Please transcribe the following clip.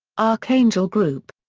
archangel group.